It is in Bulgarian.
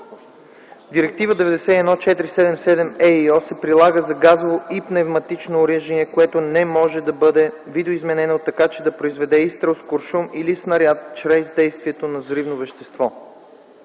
Директива 91/477/ЕИО не се прилага за газово и пневматично оръжие, което не може да бъде видоизменено, така че да произведе изстрел с куршум или снаряд чрез действието на взривно вещество.